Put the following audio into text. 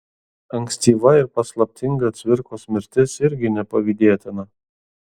ankstyva ir paslaptinga cvirkos mirtis irgi nepavydėtina